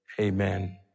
amen